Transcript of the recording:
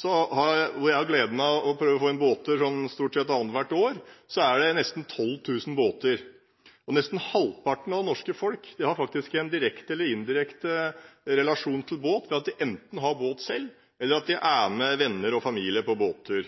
hvor jeg har gleden av å få en båttur stort sett annet hvert år, er det nesten 12 000 båter. Nesten halvparten av det norske folk har faktisk en direkte eller indirekte relasjon til båt, ved at de enten har båt selv, eller at de er med venner og familie på båttur.